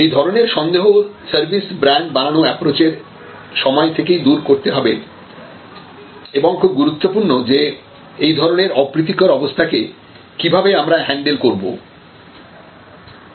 এই ধরনের সন্দেহ সার্ভিস ব্র্যান্ড বানানো অ্যাপ্রচ এর সময় থেকেই দূর করতে হবে এবং খুব গুরুত্বপূর্ণ যে এই ধরনের অপ্রীতিকর অবস্থাকে কিভাবে আমরা হ্যান্ডেল করবো